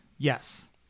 Yes